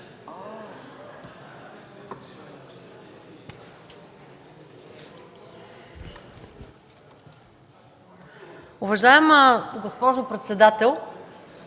Уважаема госпожо председател,